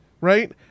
right